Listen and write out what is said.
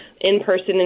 in-person